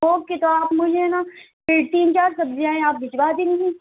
okay تو آپ مجھے نا یہ تین چار سبزیاں ہیں آپ بھجوا دیں گی